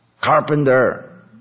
carpenter